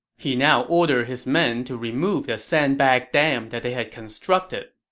he now ordered his men to remove the sandbag dam that they had constructed,